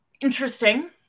Interesting